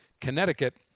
Connecticut